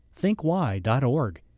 thinkwhy.org